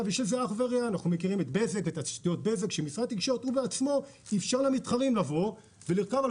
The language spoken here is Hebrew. זה כמו שמשרד התקשורת אפשר למתחרים לבוא ולרכב על